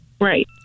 Right